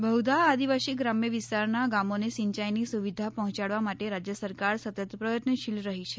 બહુધા આદિવાસી ગ્રામ્ય વિસ્તારના ગામોને સિંચાઈની સુવિધા પહોચાડવા માટે રાજય સરકાર સતત પ્રયત્નશીલ રહી છે